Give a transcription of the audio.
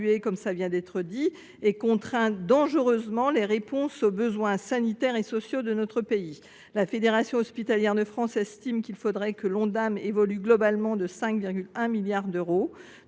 sous évalué, ce qui contraint dangereusement les réponses aux besoins sanitaires et sociaux de notre pays. La Fédération hospitalière de France estime qu’il faudrait que l’Ondam évolue globalement de 5,1 milliards d’euros.